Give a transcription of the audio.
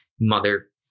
mother